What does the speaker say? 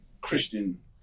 Christian